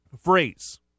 phrase